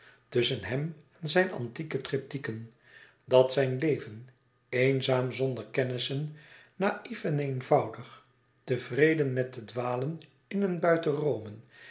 tusschen hem en zijn antieke tryptieken dat zijn leven eenzaam zonder vriend bijna zonder kennissen naïf en eenvoudig tevreden met te dwalen in en buiten